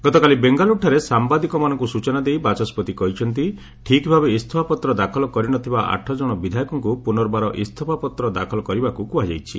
ଗତକାଲି ବେଙ୍ଗାଲୁରୁଠାରେ ସାମ୍ବାଦିକମାନଙ୍କୁ ସୂଚନା ଦେଇ ବାଚସ୍ୱତି କହିଛନ୍ତି ଠିକ୍ ଭାବେ ଇସ୍ତଫାପତ୍ର ଦାଖଲ କରିନଥିବା ଆଠଜଣ ବିଧାୟକଙ୍କୁ ପୁନର୍ବାର ଇସ୍ତଫାପତ୍ର ଦାଖଲ କରିବାକୁ କୁହାଯାଇଛି